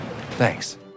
thanks